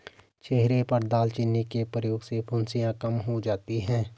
चेहरे पर दालचीनी के प्रयोग से फुंसियाँ कम हो जाती हैं